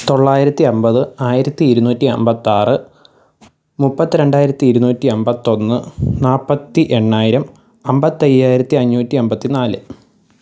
തൊള്ളായിരത്തി അമ്പത് ആയിരത്തി ഇരുന്നൂറ്റി അമ്പത്താറ് മുപ്പത്തിരണ്ടായിരത്തി ഇരുന്നൂറ്റി അമ്പത്തൊന്ന് നാൽപ്പത്തി എണ്ണായിരം അമ്പത്തയ്യായിരത്തി അഞ്ഞൂറ്റി അമ്പത്തിനാല്